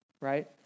Right